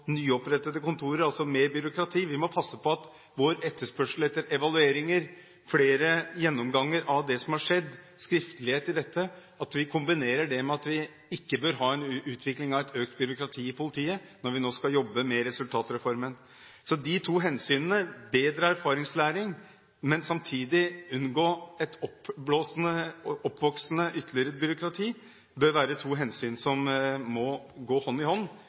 nyopprettede kontorer, altså mer byråkrati. Når vi nå skal jobbe med resultatreformen, må vi passe på at vår etterspørsel etter evalueringer, flere gjennomganger av det som har skjedd, skriftligheten i dette, ikke kombineres med at vi får en utvikling av økt byråkrati i politiet. De to hensynene: bedre erfaringslæring, men samtidig å unngå et ytterligere voksende byråkrati bør være to hensyn som må gå hånd i hånd